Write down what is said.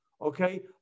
okay